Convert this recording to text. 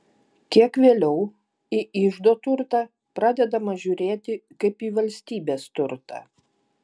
kiek vėliau į iždo turtą pradedama žiūrėti kaip į valstybės turtą